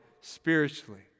spiritually